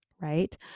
right